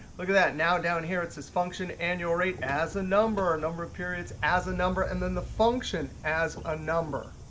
look at that. now down here it says function annual rate as a number, ah number of periods as a number, and then the function as a number.